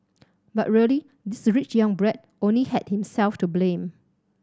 but really this rich young brat only had himself to blame